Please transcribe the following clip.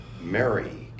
Mary